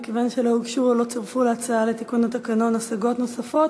מכיוון שלא הוגשו או לא צורפו להצעה לתיקון התקנון השגות נוספות,